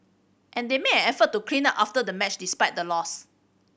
and they made effort to clean up after the match despite the loss